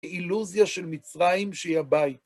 אילוזיה של מצרים שהיא הבית.